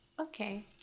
Okay